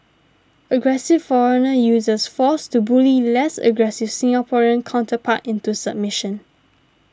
aggressive foreigner uses force to bully less aggressive Singaporean counterpart into submission